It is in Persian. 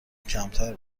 کمتر